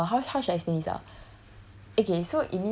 okay err how how should I say this ah